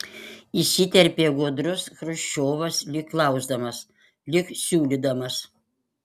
įsiterpė gudrus chruščiovas lyg klausdamas lyg siūlydamas